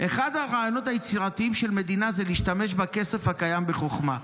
אחד הרעיונות היצירתיים של מדינה זה להשתמש בכסף הקיים בחוכמה.